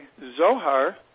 Zohar